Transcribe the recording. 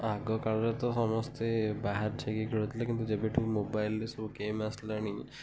ଆଗକାଳରେ ତ ସମସ୍ତେ ବାହାରେ ଯାଇକି ଖେଳୁଥିଲେ କିନ୍ତୁ ଯେବେ ଠୁ ମୋବାଇଲ୍ରେ ସବୁ ଗେମ୍ ଆସିଲାଣି